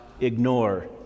Ignore